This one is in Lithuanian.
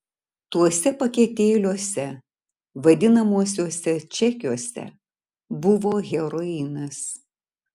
tuose paketėliuose vadinamuosiuose čekiuose buvo heroinas